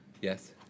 Yes